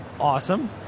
Awesome